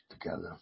together